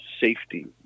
safety